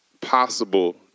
possible